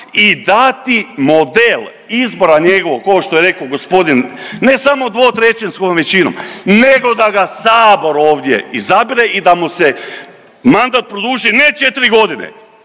i dati model izbora njegovog košto je rekao gospodin ne samo dvotrećinskom većinom nego da ga sabor ovdje izabere i da mu se mandat produži ne 4.g. nego na